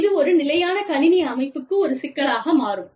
இது ஒரு நிலையான கணினி அமைப்புக்கு ஒரு சிக்கலாக மாறும்